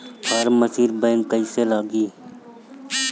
Form machine bank कईसे लागी?